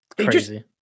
Crazy